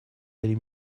три